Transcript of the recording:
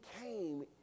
came